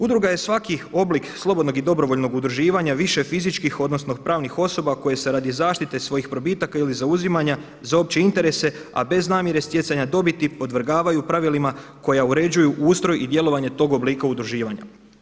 Udruga je svaki oblik slobodnog i dobrovoljnog udruživanja više fizičkih, odnosno pravnih osoba koje se radi zaštite svojih probitaka ili zauzimanja za opće interese a bez namjere stjecanja dobiti podvrgavaju pravilima koja uređuju ustroj i djelovanje tog oblika udruživanja.